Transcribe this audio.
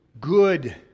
good